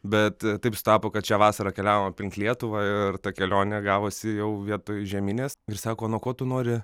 bet taip sutapo kad šią vasarą keliavom aplink lietuvą ir ta kelionė gavosi jau vietoj žieminės ir sako nuo ko tu nori